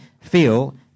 feel